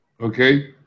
okay